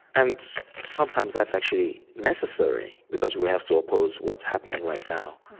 and sometimes that's actually necessary because we have to oppose what's happening right now,